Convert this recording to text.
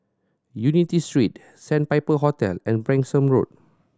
Unity Street Sandpiper Hotel and Branksome Road